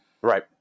Right